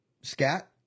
scat